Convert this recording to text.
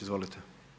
Izvolite.